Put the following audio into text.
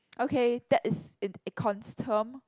okay that is in econs term